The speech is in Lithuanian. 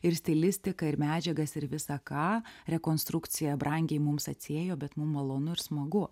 ir stilistiką ir medžiagas ir visa ką rekonstrukcija brangiai mums atsiėjo bet mum malonu ir smagu